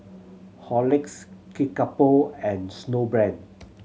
Horlicks Kickapoo and Snowbrand